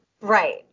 right